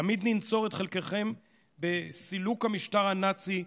תמיד ננצור את חלקכם בסילוק המשטר הנאצי,